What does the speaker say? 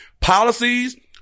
policies